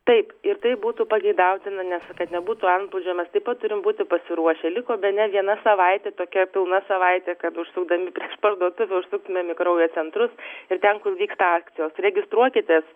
taip ir tai būtų pageidautina nes kad nebūtų antplūdžio mes taip pat turim būti pasiruošę liko bene viena savaitė tokia pilna savaitė kad užsukdami prieš parduotuvę užsuktumėm į kraujo centrus ir ten kur vyksta akcijos registruokitės